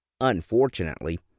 Unfortunately